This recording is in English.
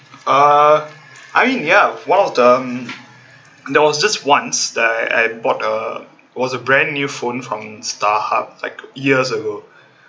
uh I mean ya one of the mm there was this once that I bought uh was a brand new phone from starhub like years ago